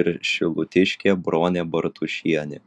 ir šilutiškė bronė bartušienė